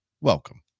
welcome